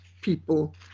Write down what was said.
people